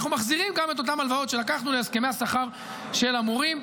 אנחנו מחזירים גם את אותן הלוואות שלקחנו להסכמי השכר של המורים.